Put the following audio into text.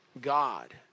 God